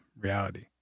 reality